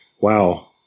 wow